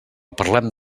parlem